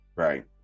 Right